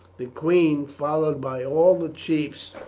the queen, followed by all the chiefs,